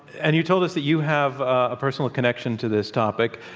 and you told us that you have a personal connection to this topic.